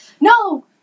No